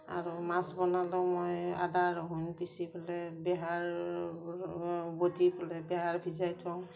আৰু মাছ বনালেও মই আদা ৰহুন পিচি পেলে বেহাৰ বতি পেলে বেহাৰ ভিজাই থওঁ